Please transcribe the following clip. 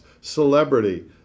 celebrity